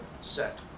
set